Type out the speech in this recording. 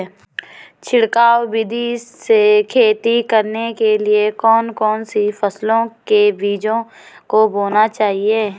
छिड़काव विधि से खेती करने के लिए कौन कौन सी फसलों के बीजों को बोना चाहिए?